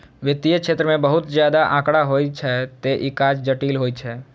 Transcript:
वित्तीय क्षेत्र मे बहुत ज्यादा आंकड़ा होइ छै, तें ई काज जटिल होइ छै